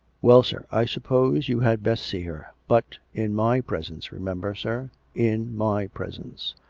well, sir i suppose you had best see her but in my presence, re member, sir in my presence.